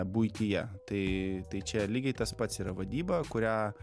buityje tai tai čia lygiai tas pats yra vadyba kurią